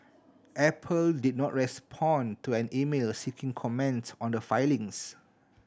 apple did not respond to an email seeking comment on the filings